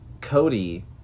Cody